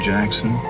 Jackson